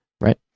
right